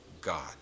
God